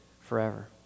forever